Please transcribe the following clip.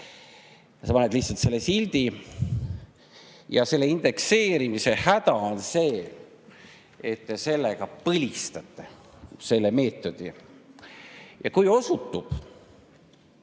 Sa paned lihtsalt selle sildi. Ja selle indekseerimise häda on see, et te sellega põlistate selle meetodi. Kui osutub,